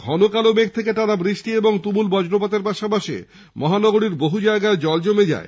ঘন কোলা মেঘ থেকে টানা বৃষ্টি ও তুমুল বজ্রপাতের পাশাপাশি মহানগরীর বহু জায়গায় জল জমে যায়